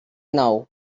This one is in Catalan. nou